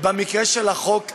במקרה של החוק הזה,